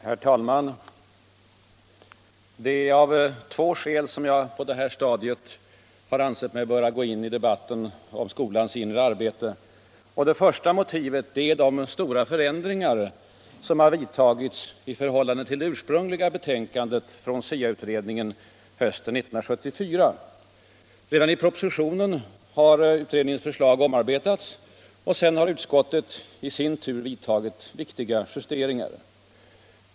Herr talman! Det är av två skäl som jag på det här stadiet har ansett mig böra gå in i debatten om skolans inre arbete. Det första motivet är de stora förändringar som har vidtagits i förhållande till det ursprungliga betänkandet från SIA-utredningen hösten 1974. Redan i propositionen har utredningens förslag omarbetats, och sedan har utskottet i sin tur vidtagit viktiga justeringar.